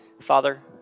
Father